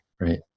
right